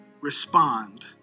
respond